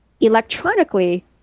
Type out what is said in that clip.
Electronically